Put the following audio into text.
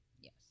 Yes